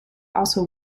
also